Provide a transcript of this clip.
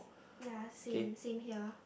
ya same same here